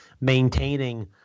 maintaining